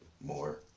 more